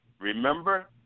Remember